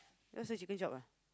yours also chicken chop ah